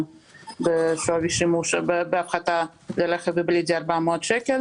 בשווי שימוש בהפחתה לרכב היברידי 400 שקל